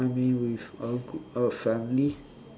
I mean with a grou~ a family